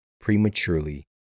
prematurely